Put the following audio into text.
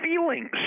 feelings